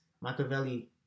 Machiavelli